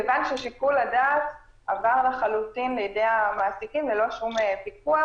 מכיוון ששיקול הדעת עבר לחלוטין לידי המעסיקים ללא שום פיקוח,